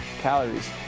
calories